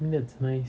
and that's nice